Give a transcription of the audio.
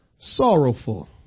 Sorrowful